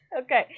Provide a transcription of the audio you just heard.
Okay